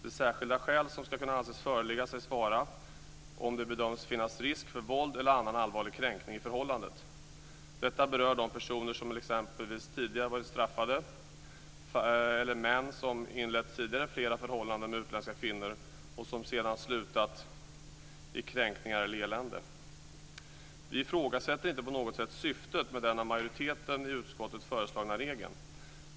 Ett särskilt skäl anses vara om det bedöms att det finns risk för våld eller annan allvarlig kränkning i förhållandet. Detta berör de personer som t.ex. tidigare har varit straffade eller män som tidigare har inlett flera förhållanden med utländska kvinnor som sedan har slutat i kränkningar eller elände. Vi ifrågasätter inte på något sätt syftet med den av majoriteten i utskottet föreslagna regeln.